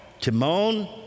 Timon